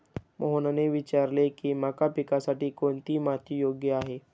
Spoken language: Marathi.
मोहनने विचारले की मका पिकासाठी कोणती माती योग्य आहे?